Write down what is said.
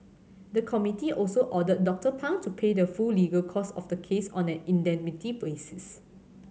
the committee also ordered Doctor Pang to pay the full legal cost of the case on an indemnity basis